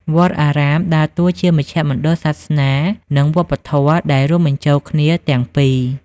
វត្តអារាម ដើរតួជាមជ្ឈមណ្ឌលសាសនានិងវប្បធម៌ដែលរួមបញ្ចូលគ្នាទាំងពីរ។